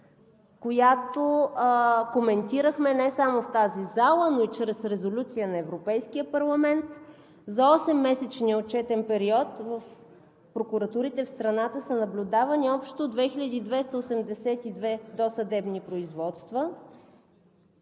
която коментирахме не само в тази зала, но и чрез резолюция на Европейския парламент, за осеммесечния отчетен период в прокуратурите в страната са наблюдавани общо 2282 досъдебни производства,